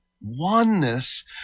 oneness